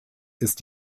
ist